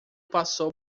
passou